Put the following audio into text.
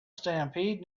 stampede